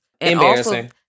Embarrassing